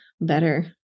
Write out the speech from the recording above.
better